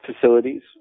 facilities